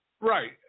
Right